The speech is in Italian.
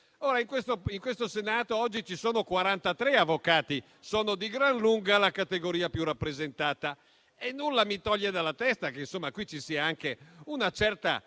In questo Senato oggi ci sono quarantatré avvocati. Sono di gran lunga la categoria più rappresentata e nulla mi toglie dalla testa che qui ci sia anche una certa